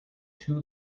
too